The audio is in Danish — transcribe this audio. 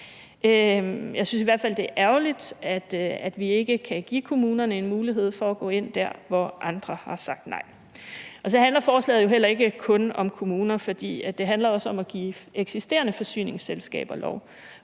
Jeg synes i hvert fald, det er ærgerligt, at vi ikke kan give kommunerne en mulighed for at gå ind der, hvor andre har sagt nej. Så handler forslaget jo heller ikke kun om kommuner. Det handler også om at give eksisterende forsyningsselskaber lov.